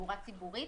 תחבורה ציבורית,